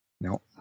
No